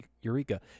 eureka